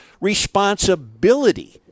responsibility